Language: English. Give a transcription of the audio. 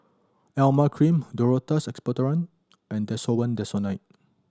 Emla Cream Duro Tuss Expectorant and Desowen Desonide